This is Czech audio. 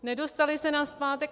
Nedostali se nazpátek.